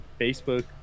Facebook